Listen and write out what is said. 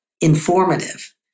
informative